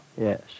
yes